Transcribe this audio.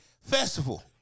Festival